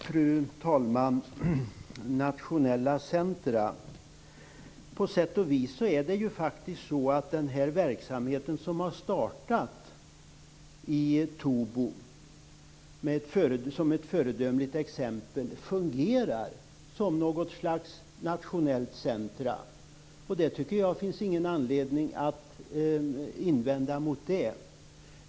Fru talman! Ewa Larsson nämnde nationella centrum. Den verksamhet som har startat i Tobo är ett föredömligt exempel och fungerar som något slags nationellt centrum. Jag tycker inte att det finns något att invända mot det.